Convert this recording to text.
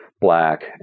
black